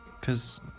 Cause